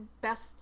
best